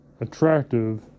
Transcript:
attractive